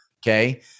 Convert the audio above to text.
Okay